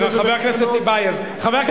חבר הכנסת בר-און.